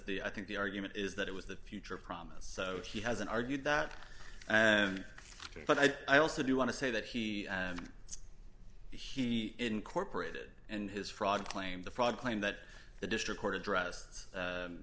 the i think the argument is that it was the future promise so he hasn't argued that but i i also do want to say that he he incorporated in his fraud claim the fraud claim that the district court addressed